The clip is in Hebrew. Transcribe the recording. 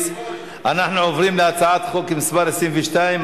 עוברים להצבעה בקריאה שלישית.